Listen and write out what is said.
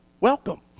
Welcome